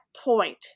point